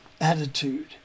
attitude